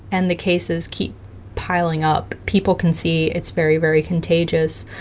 and the cases keep piling up. people can see it's very, very contagious,